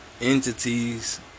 entities